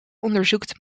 onderzoekt